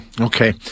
Okay